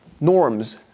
norms